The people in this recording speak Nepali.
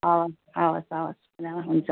हव हवस् हवस् गुरुमा हुन्छ